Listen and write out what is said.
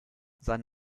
sein